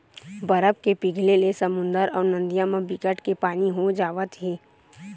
बरफ के पिघले ले समुद्दर अउ नदिया म बिकट के पानी हो जावत हे